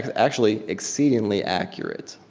actually exceedingly accurate.